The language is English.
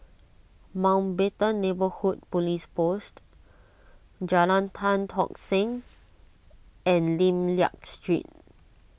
Mountbatten Neighbourhood Police Post Jalan Tan Tock Seng and Lim Liak Street